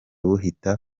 buhita